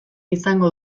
izango